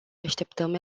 așteptăm